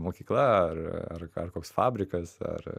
mokykla ar ar ar koks fabrikas ar